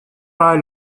pas